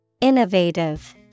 Innovative